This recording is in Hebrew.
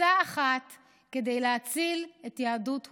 הפצצה אחת כדי להציל את יהדות הונגריה.